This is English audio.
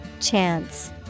Chance